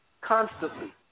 constantly